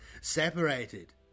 Separated